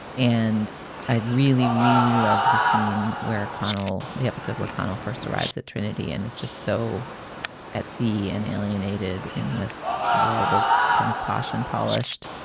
and i really, really loved the scene where connell the episode where connell first arrives at trinity and is just so at sea and alienated in this world of kind of passion, polished